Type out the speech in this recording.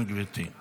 כן, גברתי.